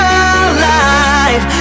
alive